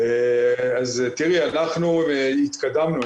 אנחנו התקדמנו.